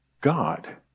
God